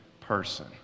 person